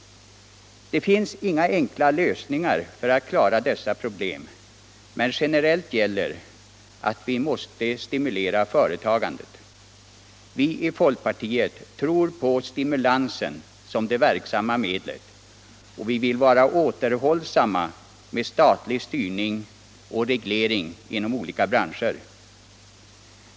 Det finns inga enkla lösningar för att klara dessa problem , men generellt gäller att vi måste stimulera företagandet. Vi i folkpartiet tror på stimulansen som det verksamma medlet och vi vill vara återhållsamma med statlig styrning och reglering inom olika branscher.